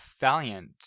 Valiant